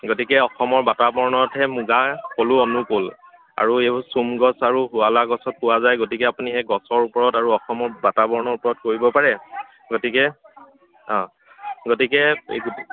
গতিকে অসমৰ বাতাবৰণতহে মুগা পলু অনুকুল আৰু এইবোৰ চোম গছ আৰু শুৱালা গছত পোৱা যায় গতিকে আপুনি সেই গছৰ ওপৰত আৰু অসমৰ বাতাবৰণৰ ওপৰত কৰিব পাৰে গতিকে অ' গতিকে এই গো